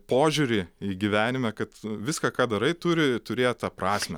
požiūrį į gyvenime kad viską ką darai turi turėt tą pras